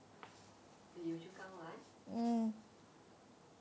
the yio chu kang one